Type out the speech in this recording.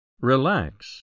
Relax